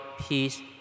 peace